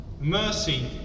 mercy